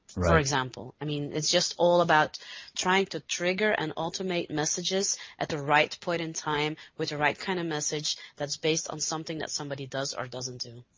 for example. i mean, itis just all about trying to trigger and automate messages at the right point in time with the right kind of message thatis based on something that somebody does or doesnit do.